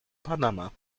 panama